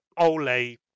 Ole